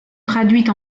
traduite